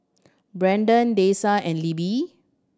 Brendan Dessa and Libby